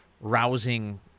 rousing